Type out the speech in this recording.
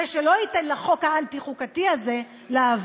זה שלא ייתן לחוק האנטי-חוקתי הזה לעבור.